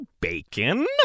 bacon